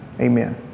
amen